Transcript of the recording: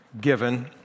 given